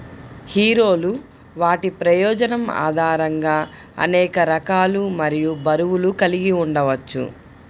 హీరోలు వాటి ప్రయోజనం ఆధారంగా అనేక రకాలు మరియు బరువులు కలిగి ఉండవచ్చు